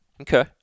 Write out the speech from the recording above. Okay